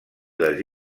les